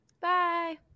bye